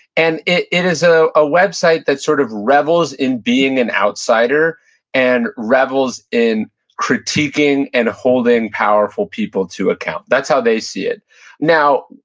and it it is a ah website that sort of revels in being an outsider and revels in critiquing and holding powerful people to account. that's how they see it now,